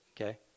Okay